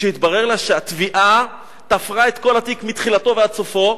כשהתברר לה שהתביעה תפרה את כל התיק מתחילתו ועד סופו,